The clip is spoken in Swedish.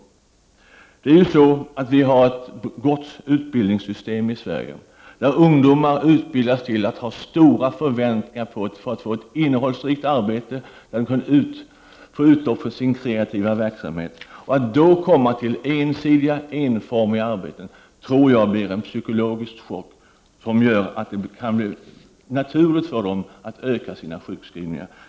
Det är ju så att vi har ett gott utbildningssystem i Sverige där ungdomar utbildas till att ha stora förväntningar på ett innehållsrikt arbete, där de kan få utlopp för sin kreativa verksamhet. Att då komma till ensidiga enformiga arbeten tror jag blir en psykologisk chock som gör att det kan bli naturligt för dem att öka antalet sjukskrivningar.